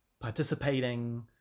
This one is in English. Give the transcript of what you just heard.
participating